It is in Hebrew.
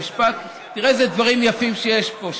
המשפט, תראה איזה דברים יפים יש פה.